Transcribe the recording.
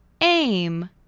Aim